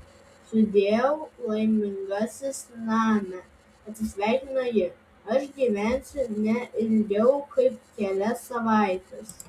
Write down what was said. sudieu laimingasis name atsisveikino ji aš gyvensiu ne ilgiau kaip kelias savaites